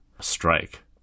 strike